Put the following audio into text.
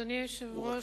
אדוני היושב-ראש,